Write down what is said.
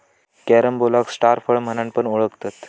कॅरम्बोलाक स्टार फळ म्हणान पण ओळखतत